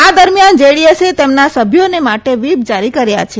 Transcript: આ દરમિયાન જેડીએસે તેમના સભ્યોને માટે વ્હીપ જારી કર્યા છે